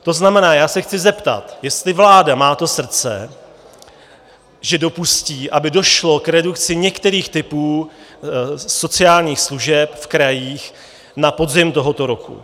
To znamená, já se chci zeptat, jestli vláda má to srdce, že dopustí, aby došlo k redukci některých typů sociálních služeb v krajích na podzim tohoto roku.